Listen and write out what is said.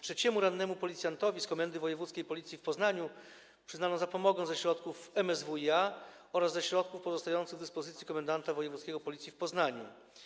Trzeciemu rannemu policjantowi, z Komendy Wojewódzkiej Policji w Poznaniu, przyznano zapomogę ze środków MSWiA oraz ze środków pozostających w dyspozycji komendanta wojewódzkiego Policji w Poznaniu.